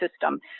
system